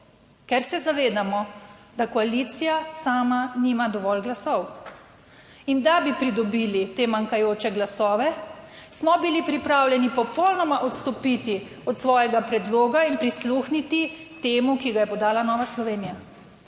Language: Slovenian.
ker se zavedamo, da koalicija sama nima dovolj glasov. In da bi pridobili te manjkajoče glasove, smo bili pripravljeni popolnoma odstopiti od svojega predloga in prisluhniti temu, ki ga je podala Nova Slovenija.